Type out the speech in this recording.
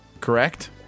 correct